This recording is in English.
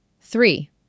Three